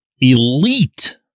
elite